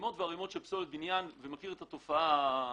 מכיר את התופעה.